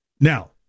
Now